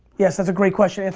yes, thats a great question, and